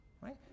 Right